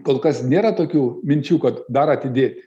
kol kas nėra tokių minčių kad dar atidėti